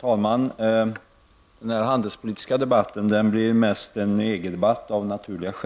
då?